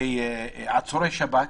עצורי שב"כ.